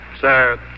Sir